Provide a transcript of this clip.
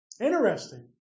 interesting